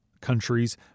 countries